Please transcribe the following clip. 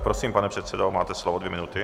Prosím, pane předsedo, máte slovo dvě minuty.